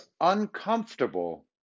uncomfortable